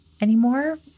anymore